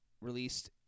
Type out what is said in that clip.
released